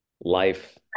life